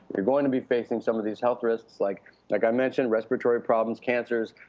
you're going to be facing some of these health risks. like like i mentioned, respiratory problems, cancers,